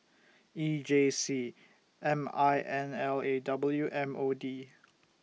E J C M I N L A W M O D